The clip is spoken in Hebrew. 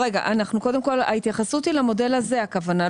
קודם כל ההתייחסות למודל הזה הכוונה,